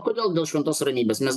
kodėl dėl šventos ramybės mes